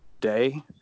day